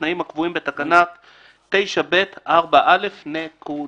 בתנאים הקבועים בתקנה 9(ב)(4)(א)." נקודה.